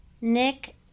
Nick